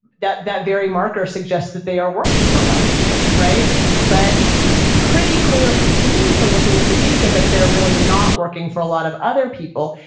that that very marker suggests that they are working for a lot of people. but it's pretty clear to me from looking at the data that they're really not working for a lot of other people.